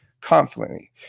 confidently